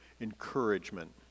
encouragement